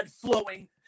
flowing